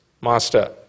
master